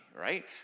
right